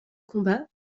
combat